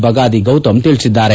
ಬಗಾದಿ ಗೌತಮ್ ತಿಳಿಸಿದ್ದಾರೆ